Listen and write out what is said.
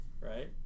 right